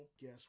guess